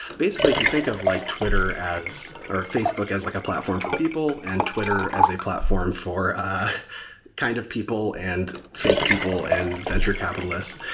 basically, if you think of like twitter or facebook as like a platform for people and twitter as a platform for kind of people and fake people and venture capitalists,